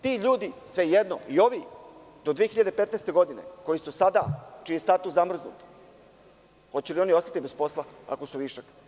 Ti ljudi, svejedno, i ovi, do 2015. godine, čiji je status zamrznut, hoće li oni ostati bez posla ako su višak?